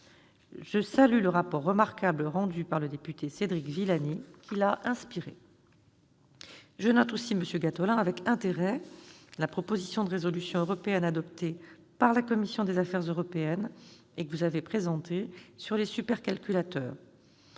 Je salue le rapport remarquable rendu par le député Cédric Villani, qui l'a inspirée. Je note aussi avec intérêt, monsieur Gattolin, la proposition de résolution européenne, adoptée par la commission des affaires européennes et que vous avez présentée, sur les supercalculateurs.